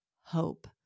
hope